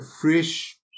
fresh